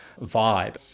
vibe